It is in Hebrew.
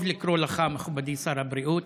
טוב לקרוא לך "מכובדי שר הבריאות".